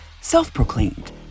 self-proclaimed